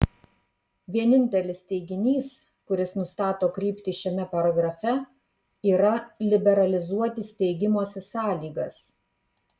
vienintelis teiginys kuris nustato kryptį šiame paragrafe yra liberalizuoti steigimosi sąlygas